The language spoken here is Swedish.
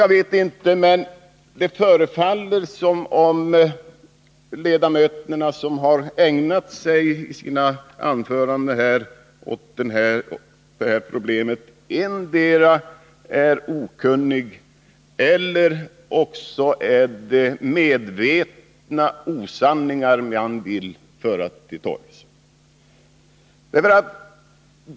Jag vet inte hur det är, men det förefaller som om de ledamöter som i sina anföranden ägnat sig åt det här problemet endera är okunniga eller också medvetet vill föra osanningar till torgs.